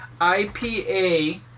IPA